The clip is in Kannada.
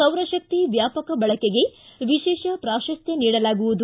ಸೌರಶಕ್ತಿ ವ್ಯಾಪಕ ಬಳಕೆಗೆ ವಿಶೇಷ ಪ್ರಾಶಸ್ತ್ಯ ನೀಡಲಾಗವುದು